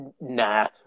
nah